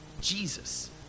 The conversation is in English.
Jesus